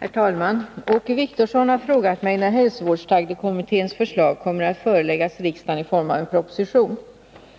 Herr talman! Åke Wictorsson har frågat mig när hälsovårdsstadgekommitténs förslag kommer att föreläggas riksdagen i form av en proposition.